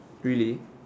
really